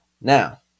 Now